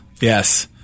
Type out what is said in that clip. Yes